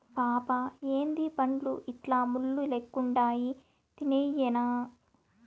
పాపా ఏందీ పండ్లు ఇట్లా ముళ్ళు లెక్కుండాయి తినేయ్యెనా